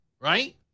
Right